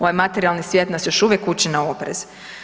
Ovaj materijalni svijet nas još uvijek uči na oprez.